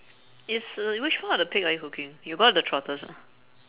is uh which part of the pig are you cooking you got the trotters ah